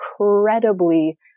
incredibly